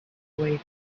way